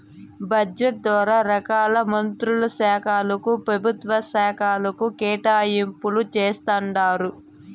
budget ద్వారా రకాల మంత్రుల శాలకు, పెభుత్వ శాకలకు కేటాయింపులు జేస్తండారు